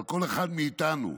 על כל אחד מאיתנו.